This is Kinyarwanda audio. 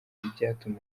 ibyatuma